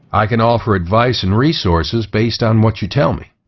i can offer advice and resources based on what you tell me.